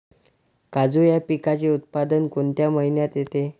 काजू या पिकाचे उत्पादन कोणत्या महिन्यात येते?